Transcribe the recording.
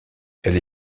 elle